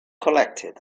collected